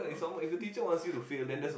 !huh! yeah